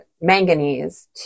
manganese